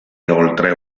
inoltre